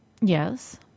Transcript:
Yes